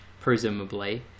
presumably